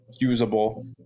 usable